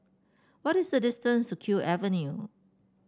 what is the distance to Kew Avenue